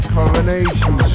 Coronation